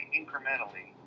incrementally